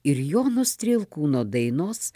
ir jono strielkūno dainos